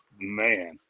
man